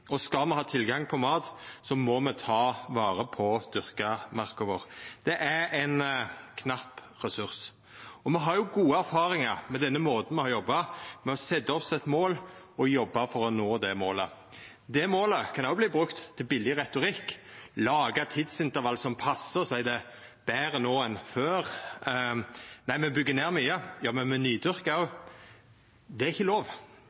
og skal me ha tilgang på mat, må me ta vare på den dyrka marka vår. Det er ein knapp ressurs. Me har gode erfaringar med den måten me har jobba på, med å setja oss eit mål og jobba for å nå det målet. Det målet kan òg verta brukt til billeg retorikk, som å laga tidsintervall som passar, og seia at det er betre no enn før – at me byggjer ned mykje, men me nydyrkar òg. Det er ikkje lov.